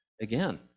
Again